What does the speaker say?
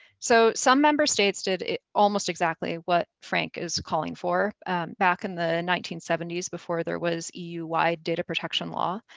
so, some member states did it almost exactly what frank is calling for back in the nineteen seventy s, before there was eu wide data protection law.